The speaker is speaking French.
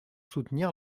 soutenir